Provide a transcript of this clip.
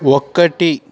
ఒకటి